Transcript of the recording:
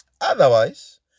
Otherwise